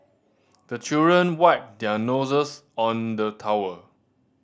the children wipe their noses on the towel